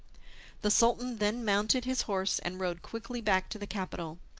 the sultan then mounted his horse and rode quickly back to the capital.